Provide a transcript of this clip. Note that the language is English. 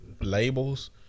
labels